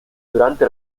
durante